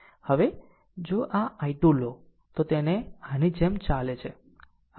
હવે જો આ I2 લો તો તે આની જેમ ચાલે છે